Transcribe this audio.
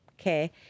okay